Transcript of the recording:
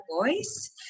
voice